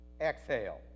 Exhale